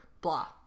Blah